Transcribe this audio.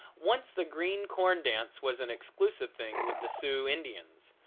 once the green-corn dance was an exclusive thing with the sioux indians,